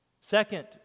Second